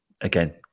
again